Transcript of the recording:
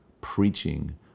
preaching